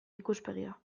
ikuspegia